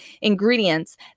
ingredients